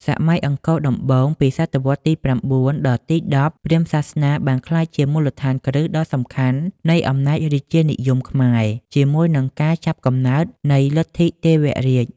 សម័យអង្គរដំបូង ពីសតវត្សរ៍ទី ៩ ដល់ទី ១០ ព្រាហ្មណ៍សាសនាបានក្លាយជាមូលដ្ឋានគ្រឹះដ៏សំខាន់នៃអំណាចរាជានិយមខ្មែរ ជាមួយនឹងការចាប់កំណើតនៃ លទ្ធិទេវរាជ។